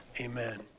amen